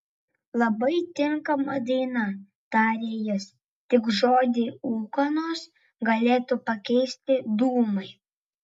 labai tinkama daina tarė jis tik žodį ūkanos galėtų pakeisti dūmai